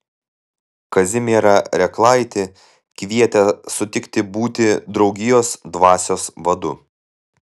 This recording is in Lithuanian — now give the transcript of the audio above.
kazimierą rėklaitį kvietė sutikti būti draugijos dvasios vadu